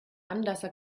anlasser